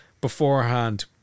beforehand